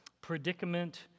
predicament